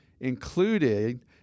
included